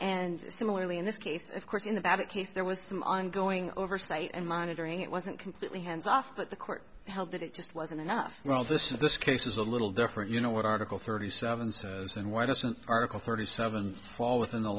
and similarly in this case of course in that case there was some ongoing oversight and monitoring it wasn't completely hands off but the court held that it just wasn't enough well this is this case is a little different you know what article thirty seven says and why doesn't article thirty seven fall within the